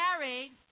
married